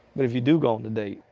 but if you do go on the date.